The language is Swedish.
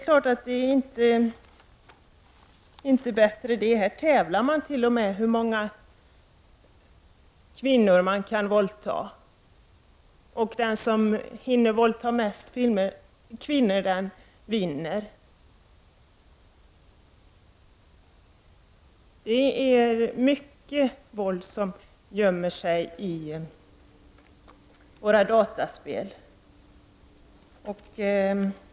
Här tävlar man t.o.m. om hur många kvinnor man kan våldta, och den som hinner våldta flest kvinnor vinner. Det gömmer sig alltså mycket våld i dataspelen.